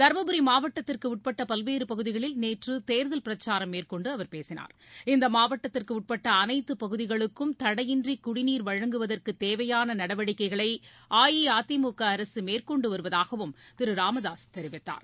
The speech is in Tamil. தருமபுரி மாவட்டத்திற்குட்பட்ட பல்வேறு பகுதிகளில் நேற்று தேர்தல் பிரச்சாரம் மேற்கொண்டு அவர் பேசினார் மாவட்டத்திற்குட்பட்ட அனைத்து பகுதிகளுக்கும் தடையின்றி குடீநீர் வழங்குவதற்கு இந்த நடவடிக்கைகளை அஇஅதிமுக அரசு மேற்கொண்டு வருவதாகவும் திரு ராம்தாசு தேவையான தெரிவித்தார்